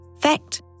fact